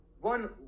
one